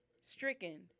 stricken